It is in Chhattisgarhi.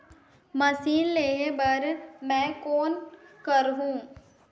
मशीन लेहे बर मै कौन करहूं?